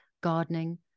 gardening